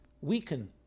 weaken